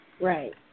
Right